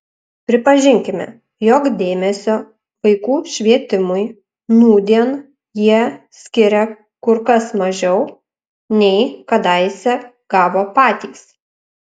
pripažinkime jog dėmesio vaikų švietimui nūdien jie skiria kur kas mažiau nei kadaise gavo patys